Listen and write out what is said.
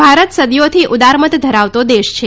ભારત સદીઓથી ઉદારમત ધરાવતો દેશ છે